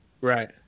right